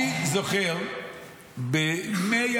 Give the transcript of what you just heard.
אני זוכר בימי